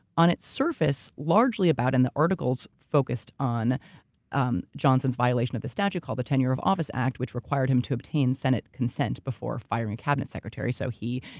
on its surface, largely about in the articles focused on um johnson's violation of the statute called the tenure of office act, which required him to obtain senate consent before firing cabinet secretaries. so he,